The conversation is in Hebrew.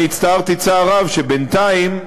הצטערתי צער רב שבינתיים,